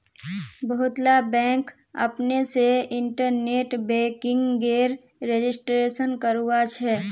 बहुतला बैंक अपने से इन्टरनेट बैंकिंगेर रजिस्ट्रेशन करवाछे